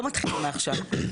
לא מתחילים מעכשיו,